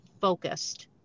focused